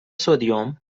سدیم